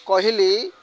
କହିଲି